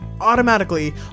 automatically